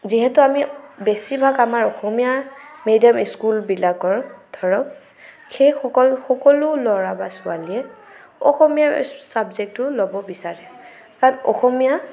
যিহেতু আমি বেছিভাগ আমাৰ অসমীয়া মিডিয়াম স্কুলবিলাকৰ ধৰক সেইসকল সকলো ল'ৰা বা ছোৱালীয়ে অসমীয়া চাবজেক্টটো ল'ব বিচাৰে অসমীয়া